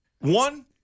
One